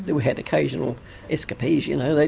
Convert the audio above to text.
we had occasional escapees you know, like